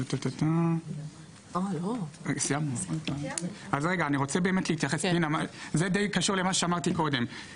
הנוסח לא לפני, אבל אני אוכל להסתכל בדיוק על